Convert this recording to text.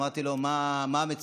אמרתי לו: מה המצוקה?